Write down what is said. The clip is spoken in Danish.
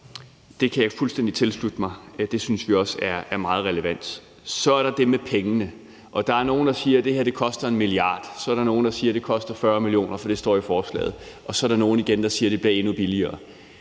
det kan jeg fuldstændig tilslutte mig, og det synes vi også er meget relevant. Så er der det med pengene, og der er nogle, der siger, at det her koster 1 milliard, og så er der nogle, der siger, at det koster 40 mio. kr., for det står i forslaget, og så er der igen nogle, der siger, at det bliver endnu billigere.